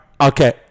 okay